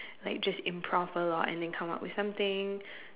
like just improve a lot and then come up with something